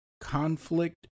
Conflict